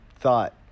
thought